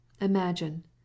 imagine